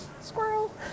squirrel